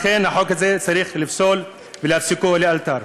לכן את החוק הזה צריך לפסול ולהפסיקו לאלתר.